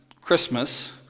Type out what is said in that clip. Christmas